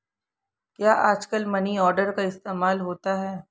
क्या आजकल money order का इस्तेमाल होता है?